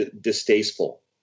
distasteful